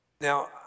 Now